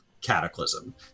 cataclysm